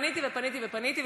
פניתי ופניתי ופניתי,